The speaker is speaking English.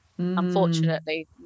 unfortunately